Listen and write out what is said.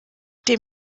dem